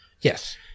Yes